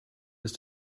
ist